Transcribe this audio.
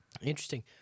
Interesting